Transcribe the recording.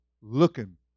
looking